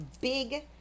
big